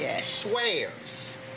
swears